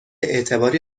اعتباری